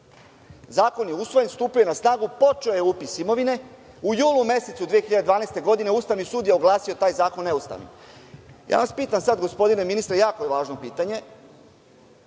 Zakon je usvojen, stupio je na snagu, počeo je upis imovine, u julu mesecu 2012. godine Ustavni sud je oglasio taj zakon neustavnim. Pitam vas sada, gospodine ministre, jako je važno pitanje,